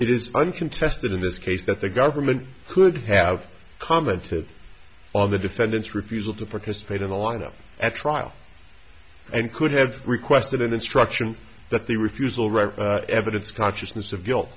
it is uncontested in this case that the government could have commented on the defendant's refusal to participate in the lineup at trial and could have requested an instruction that the refusal read evidence consciousness of guilt